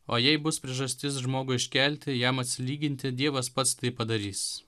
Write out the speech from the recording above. o jei bus priežastis žmogų iškelti jam atsilyginti dievas pats tai padarys